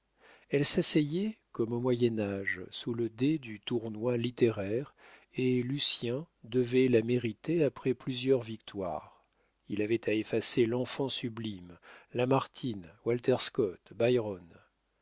elle s'asseyait comme au moyen-age sous le dais du tournoi littéraire et lucien devait la mériter après plusieurs victoires il avait à effacer l'enfant sublime lamartine walter scott